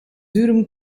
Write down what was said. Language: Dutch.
dürüm